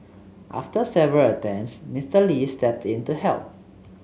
after several attempts Mister Lee stepped in to help